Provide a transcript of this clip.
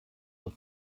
aus